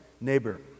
neighbor